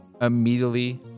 immediately